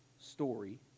story